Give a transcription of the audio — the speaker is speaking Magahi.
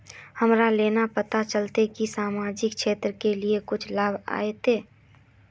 हमरा केना पता चलते की सामाजिक क्षेत्र के लिए कुछ लाभ आयले?